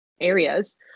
areas